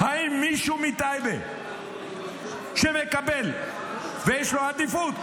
האם מישהו מטייבה שמקבל ויש לו עדיפות,